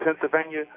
Pennsylvania